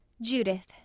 Judith